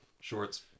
shorts